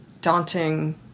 daunting